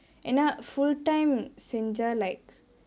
ஏனா:yenaa full-time செஞ்சா:senjaa like